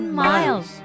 miles